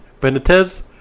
Benitez